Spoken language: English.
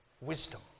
wisdom